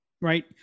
right